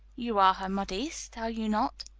you are her modiste are you not?